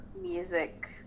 music